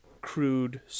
crude